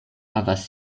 havas